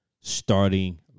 starting –